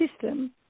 system